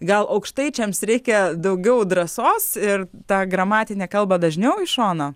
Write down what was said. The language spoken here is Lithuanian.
gal aukštaičiams reikia daugiau drąsos ir tą gramatinę kalbą dažniau į šoną